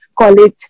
college